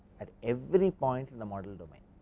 at every point in the model domain.